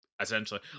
Essentially